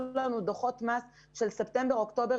עבורנו דוחות מס של ספטמבר אוקטובר,